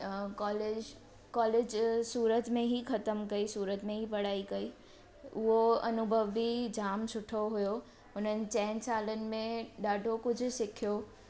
अ college college Surat में ई ख़तम कई सूरत में ई पढ़ाई कई उहो अनुभव बि जाम सुठो हुयो उन्हनि चइनि सालनि में ॾाढो कुझु सिखियो